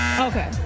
Okay